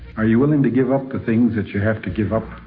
are you willing to give up the things that you have to give up?